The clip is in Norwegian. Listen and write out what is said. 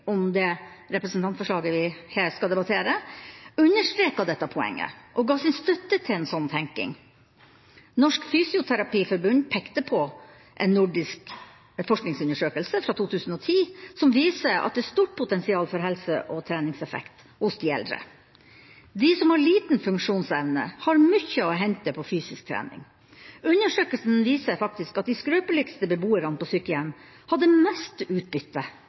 om det representantforslaget vi her skal debattere, understreket dette poenget og ga sin støtte til en slik tenking. Norsk Fysioterapiforbund pekte på en nordisk forskningsundersøkelse fra 2010, som viser at det er et stort potensial for helse- og treningseffekt hos de eldre. De som har liten funksjonsevne, har mye å hente på fysisk trening. Undersøkelsen viser faktisk at de skrøpeligste beboerne på sykehjem hadde mest utbytte